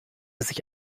sich